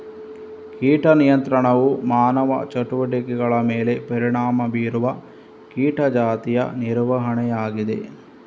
ಕೀಟ ನಿಯಂತ್ರಣವು ಮಾನವ ಚಟುವಟಿಕೆಗಳ ಮೇಲೆ ಪರಿಣಾಮ ಬೀರುವ ಕೀಟ ಜಾತಿಯ ನಿರ್ವಹಣೆಯಾಗಿದೆ